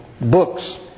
books